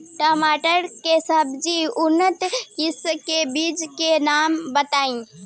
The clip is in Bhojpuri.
टमाटर के सबसे उन्नत किस्म के बिज के नाम बताई?